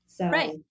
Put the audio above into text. Right